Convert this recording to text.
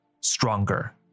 stronger